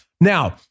Now